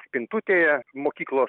spintutėje mokyklo